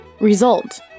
Result